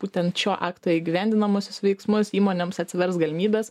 būtent šio akto įgyvendinamuosius veiksmus įmonėms atsivers galimybės